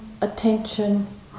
attention